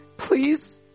Please